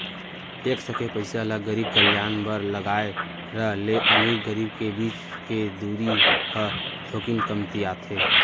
tax के पइसा ल गरीब कल्यान बर लगाए र ले अमीर गरीब के बीच के दूरी ह थोकिन कमतियाथे